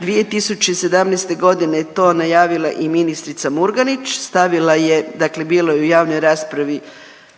2017.g. je to najavila i ministrica Murganić, stavila je, dakle bilo je u javnoj raspravi